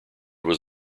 was